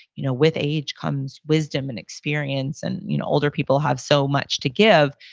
you know with age comes wisdom and experience, and you know older people have so much to give.